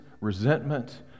resentment